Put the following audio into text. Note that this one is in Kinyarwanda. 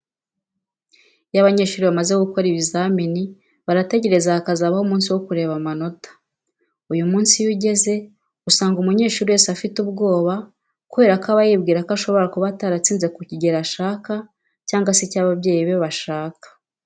Iyo abanyeshuri bamaze gukora ibizamini barategereza hakazabho umunsi wo kureba amanota. Uyu munsi iyo ugeze usanga umunyeshuri wese afite ubwoba kubera ko aba yibwira ko ashobora kuba ataratsinze ku kigero ashaka cyangwa se icyo ababyeyi ye bashaka.